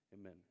amen